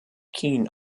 keen